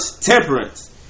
temperance